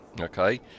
Okay